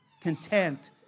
content